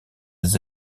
des